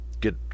get